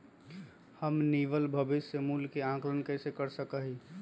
हम निवल भविष्य मूल्य के आंकलन कैसे कर सका ही?